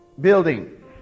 building